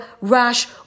rash